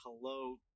hello